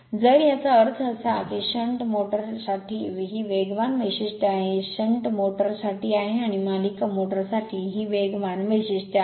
तर जर याचा अर्थ असा की शंट मोटर साठी ही वेगवान वैशिष्ट्य आहे हे शंट मोटर साठी आहे आणि मालिका मोटर साठी ही वेगवान वैशिष्ट्य आहे